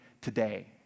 today